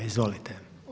Izvolite.